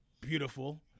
beautiful